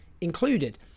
included